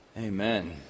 Amen